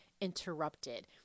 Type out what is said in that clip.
interrupted